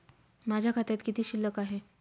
माझ्या खात्यात किती शिल्लक आहे?